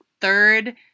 third